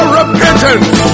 repentance